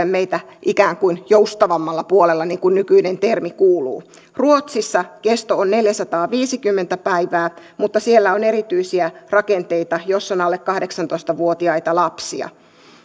meitä ikään kuin joustavammalla puolella niin kuin nykyinen termi kuuluu ruotsissa kesto on neljäsataaviisikymmentä päivää mutta siellä on erityisiä rakenteita jos on alle kahdeksantoista vuotiaita lapsia